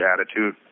attitude